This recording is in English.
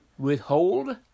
withhold